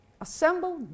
assemble